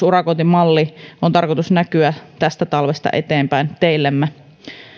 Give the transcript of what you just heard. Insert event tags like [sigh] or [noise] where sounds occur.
[unintelligible] urakointimallin on tarkoitus näkyä tästä talvesta eteenpäin teillämme